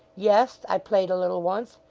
yes, i played a little once.